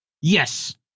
Yes